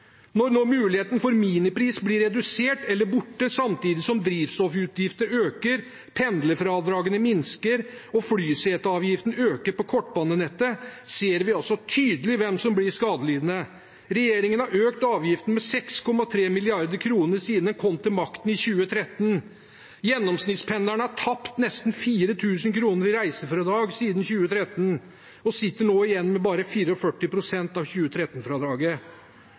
Når nå muligheten for minipris blir redusert eller borte, samtidig som drivstoffutgiftene øker, pendlerfradragene minsker og flyseteavgiften øker på kortbanenettet, ser vi tydelig hvem som blir skadelidende. Regjeringen har økt avgiftene med 6,3 mrd. kr siden den kom til makten i 2013. Gjennomsnittspendleren har tapt nesten 4 000 kr i reisefradrag siden 2013 og sitter nå igjen med bare 44 pst. av